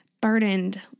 burdened